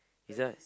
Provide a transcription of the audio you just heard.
is there